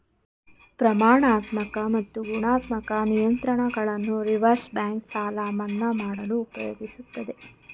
ಪ್ರಮಾಣಾತ್ಮಕ ಮತ್ತು ಗುಣಾತ್ಮಕ ನಿಯಂತ್ರಣಗಳನ್ನು ರಿವರ್ಸ್ ಬ್ಯಾಂಕ್ ಸಾಲ ಮನ್ನಾ ಮಾಡಲು ಉಪಯೋಗಿಸುತ್ತದೆ